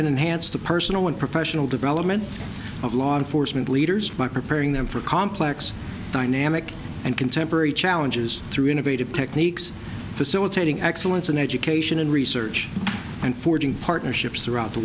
and enhanced the personal and professional development of law enforcement leaders by preparing them for complex dynamic and contemporary challenges through innovative techniques facilitating excellence in education and research and forging partnerships throughout the